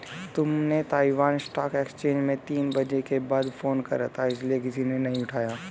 तुमने Taiwan stock exchange में तीन बजे के बाद फोन करा था इसीलिए किसी ने उठाया नहीं